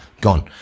gone